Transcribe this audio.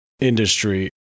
industry